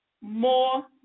more